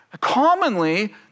commonly